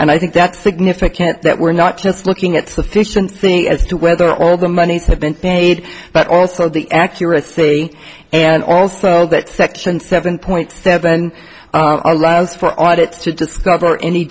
and i think that's significant that we're not just looking at sufficient think as to whether all the monies have been paid but also the accuracy and also that section seven point seven allows for audits to discover any